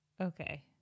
Okay